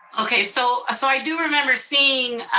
okay, so ah so i do remember seeing